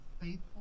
faithful